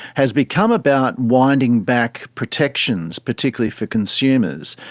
has become about winding back protections, particularly for consumers,